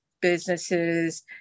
businesses